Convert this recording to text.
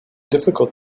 difficult